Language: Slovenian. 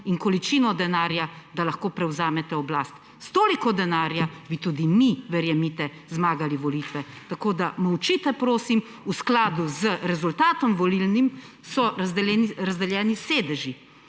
in količino denarja, da lahko prevzamete oblast. S toliko denarja bi tudi mi, verjemite, zmagali na volitvah. Tako da, molčite, prosim. V skladu z rezultatom volilnim so razdeljeni sedeži